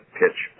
pitch